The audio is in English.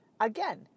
again